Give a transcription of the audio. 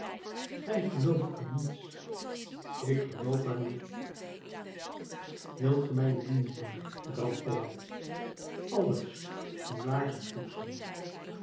gij gelooft aan niets ik geloof aan u wilt ge mij een dienst doen grantaire alles uw laarzen poetsen